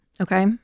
Okay